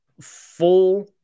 full